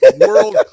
World